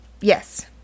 Yes